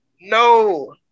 No